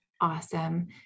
Awesome